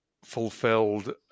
fulfilled